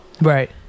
Right